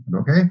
okay